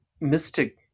mystic